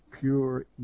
pure